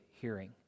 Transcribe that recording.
hearing